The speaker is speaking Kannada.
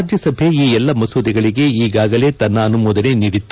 ರಾಜ್ಯಸಭೆ ಈ ಎಲ್ಲ ಮಸೂದೆಗಳಿಗೆ ಈಗಾಗಲೇ ತನ್ನ ಅನುಮೋದನೆ ನೀದಿತ್ತು